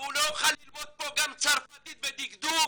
והוא לא יוכל ללמוד פה גם צרפתית ודקדוק